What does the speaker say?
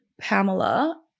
pamela